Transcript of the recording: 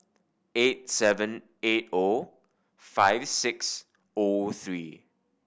eight seven eight O five six O three